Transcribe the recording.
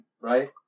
right